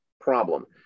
problem